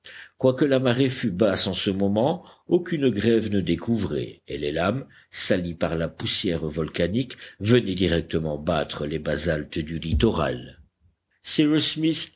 quoique la marée fût basse en ce moment aucune grève ne découvrait et les lames salies par la poussière volcanique venaient directement battre les basaltes du littoral cyrus smith